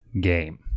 game